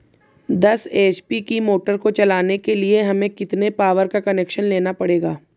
दस एच.पी की मोटर को चलाने के लिए हमें कितने पावर का कनेक्शन लेना पड़ेगा?